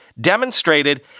demonstrated